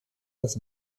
das